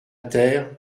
terre